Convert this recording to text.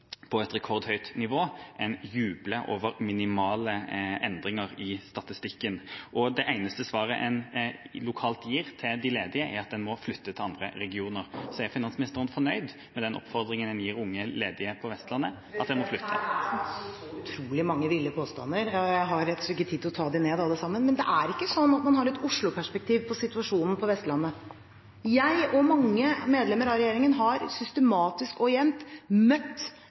på et rekordhøyt nivå og man jubler over minimale endringer i statistikken. Det eneste svaret man lokalt gir til de ledige, er at man må flytte til andre regioner. Er finansministeren fornøyd med den oppfordringen man gir unge ledige på Vestlandet? Her er det så utrolig mange ville påstander at jeg har rett og slett ikke tid til å ta dem ned alle sammen. Det er ikke sånn at man har at Oslo-perspektiv på situasjonen på Vestlandet. Jeg og mange medlemmer av regjeringen har systematisk og jevnt møtt